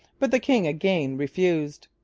but the king again refused.